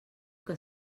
que